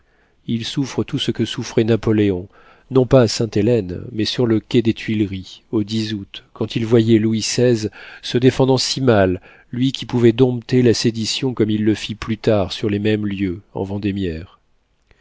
ils souffrent tout ce que souffrait napoléon non pas à sainte-hélène mais sur le quai des tuileries au août quand il voyait louis xvi se défendant si mal lui qui pouvait dompter la sédition comme il le fit plus tard sur les mêmes lieux en vendémiaire